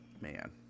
man